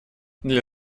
для